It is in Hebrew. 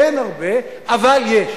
אין הרבה, אבל יש